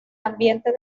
ambiente